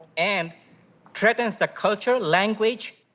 and threatens the culture, language,